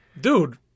Dude